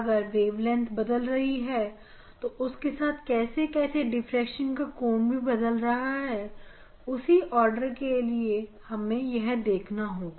अगर वेवलेंथ बदल रही है तो उसके साथ साथ कैसे डिफ्रेक्शन का कोण भी बदल रहा है उसी ऑर्डर के लिए यह हमें देखना होगा